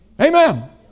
Amen